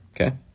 okay